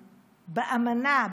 באמנה,